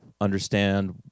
understand